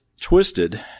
twisted